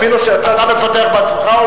אתה מפתח בעצמך,